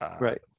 Right